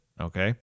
Okay